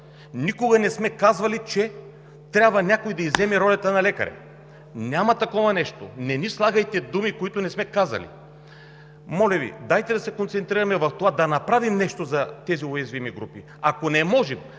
Никога не сме казвали, че някой трябва да изземе ролята на лекаря. Няма такова нещо, не ни слагайте думи, които не сме казали. Моля Ви, дайте да се концентрираме върху това да направим нещо за тези уязвими групи. Ако не можем,